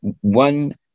one